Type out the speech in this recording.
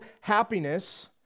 happiness